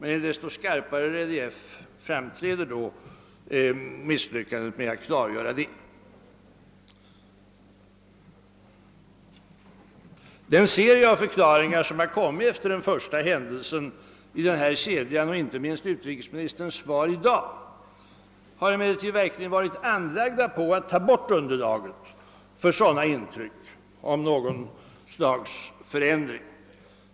I desto skarpare relief framträder då misslyckandet med att klargöra detta. Den serie av förklaringar som lämnats efter den första händelsen i denna kedja och inte minst utrikesministerns svar i dag har emellertid verkligen varit anlagda på att ta bort underlaget för sådana intryck om något slags förändring.